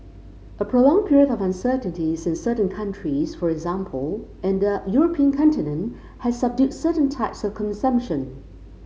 a prolonged period of uncertainties in certain countries for example in the European continent has subdued certain types of consumption